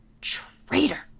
Traitor